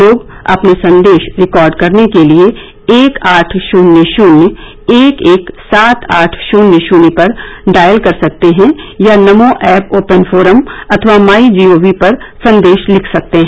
लोग अपने संदेश रिकॉर्ड करने के लिए एक आठ शून्य शून्य एक एक सात आठ शून्य शून्य पर डॉयल कर सकते हैं या नमो ऐप ओपन फोरम अथवा माई जी ओ वी पर संदेश लिख सकते हैं